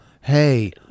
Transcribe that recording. Hey